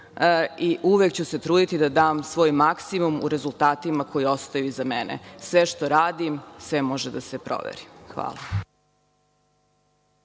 i uvek ću se truditi da dam svoj maksimum u rezultatima koji ostaju iza mene. Sve što radim, sve može da se proveri. Hvala.